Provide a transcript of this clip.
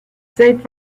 seit